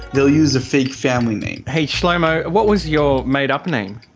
they'll use a fake family name. hey shlomo, what was your made-up name?